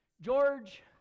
George